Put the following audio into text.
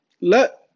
Let